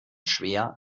schwer